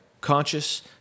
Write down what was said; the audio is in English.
conscious